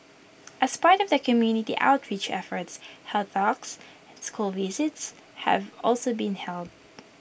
as part of the community outreach efforts health talks and school visits have also been held